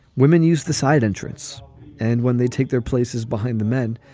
women use the side entrance and when they take their places behind the men,